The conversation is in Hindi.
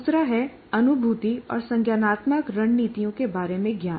दूसरा है अनुभूति और संज्ञानात्मक रणनीतियों के बारे में ज्ञान